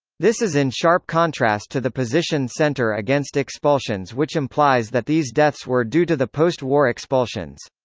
this is in sharp contrast to the position centre against expulsions which implies that these deaths were due to the post war expulsions.